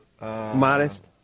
modest